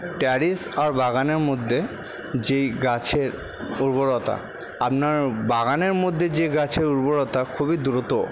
Tyrese আর বাগানের মধ্যে যেই গাছের উর্বরতা আপনার বাগানের মধ্যে যে গাছের উর্বরতা খুবই দ্রুত